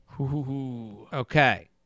Okay